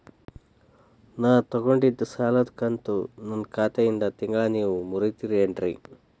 ನಾ ತೊಗೊಂಡಿದ್ದ ಸಾಲದ ಕಂತು ನನ್ನ ಖಾತೆಯಿಂದ ತಿಂಗಳಾ ನೇವ್ ಮುರೇತೇರೇನ್ರೇ?